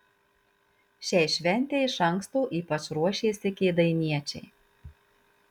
šiai šventei iš anksto ypač ruošėsi kėdainiečiai